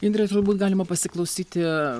indre turbūt galima pasiklausyti